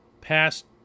past